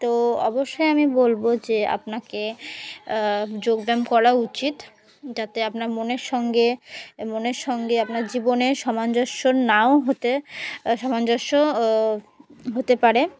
তো অবশ্যই আমি বলবো যে আপনাকে যোগব্যায়াম করা উচিত যাতে আপনার মনের সঙ্গে মনের সঙ্গে আপনার জীবনে সামঞ্জস্য নাও হতে সামঞ্জস্য হতে পারে